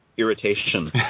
irritation